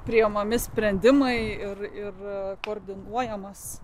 priimami sprendimai ir ir koordinuojamas